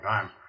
time